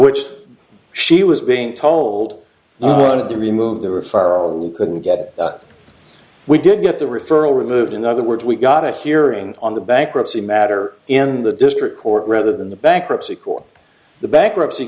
which she was being told none of the remove the referral couldn't get we did get the referral removed in other words we got a hearing on the bankruptcy matter in the district court rather than the bankruptcy court the bankruptcy